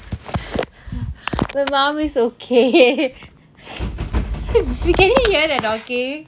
my mom is okay can you hear the knocking